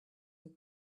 your